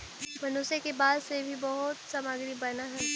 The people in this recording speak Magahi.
मनुष्य के बाल से भी बहुत सामग्री बनऽ हई